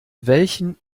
welchen